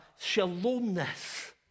Shalomness